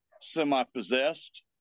semi-possessed